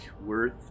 worth